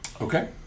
okay